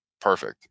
perfect